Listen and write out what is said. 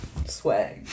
Swag